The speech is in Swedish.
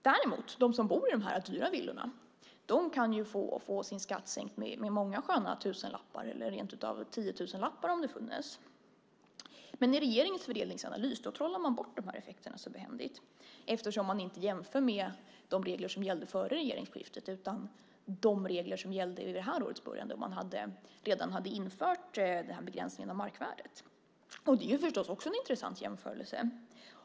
Den som däremot bor i de dyra villorna kan få sin skatt sänkt med många sköna tusenlappar, eller rentutav med tiotusenlappar om det funnes. Men i regeringens fördelningsanalys trollar man bort de här effekterna så behändigt, eftersom man inte jämför med de regler som gällde före regeringsskiftet utan med de regler som gällde vid det här årets början, då man redan hade infört begränsningen av markvärdet. Det är förstås också en intressant jämförelse.